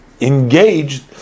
engaged